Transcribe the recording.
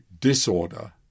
disorder